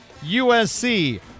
USC